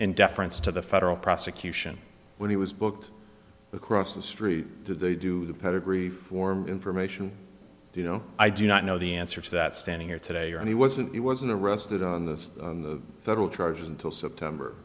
deference to the federal prosecution when he was booked across the street to do the pedigree for information you know i do not know the answer to that standing here today and he wasn't he wasn't arrested on the federal charges until september